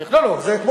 זה בהחלט, לא, לא.